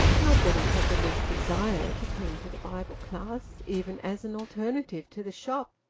not that he had the least desire to cling to the bible class, even as an alternative to the shop!